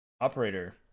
operator